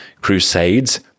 crusades